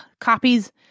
copies